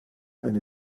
eine